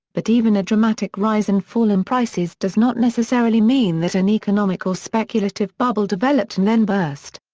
but even a dramatic rise and fall in prices does not necessarily mean that an economic or speculative bubble developed and then burst.